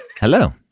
Hello